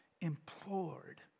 implored